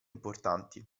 importanti